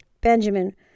Benjamin